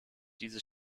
diese